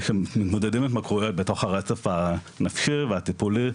כשמתמודדים עם ההתמכרויות בתוך הרצף הנפשי והטיפולי,